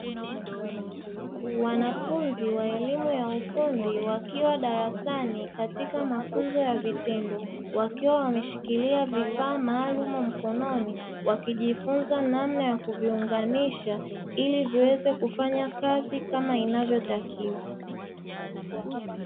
Wanafunzi wa elimu ya ufundi wakiwa darasani katika mafunzo ya vitendo, wakiwa wameshikilia vifaa maalumu mkononi wakijifunza namna ya kuviunganisha ili viweze kufanya kazi kama inavyotakiwa.